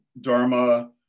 Dharma